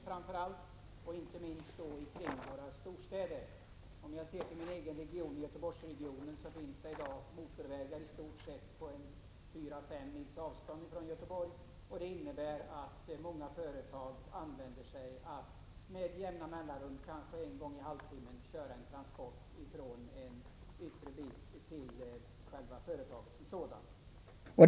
I min egen region, Göteborgsregionen, finns det motorvägar på 4-5 mils avstånd från Göteborg, och där kör många företag en transport med jämna mellanrum — kanske en gång i halvtimmen.